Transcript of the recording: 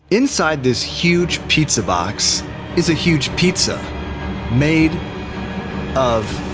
inside this huge pizza box is a huge pizza made of